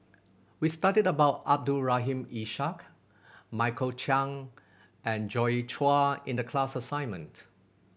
we studied about Abdul Rahim Ishak Michael Chiang and Joi Chua in the class assignment